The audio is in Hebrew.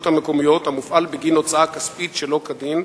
המקומיות המופעל בגין הוצאה כספית שלא כדין,